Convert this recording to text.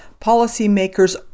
Policymakers